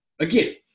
Again